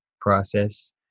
process